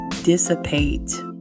dissipate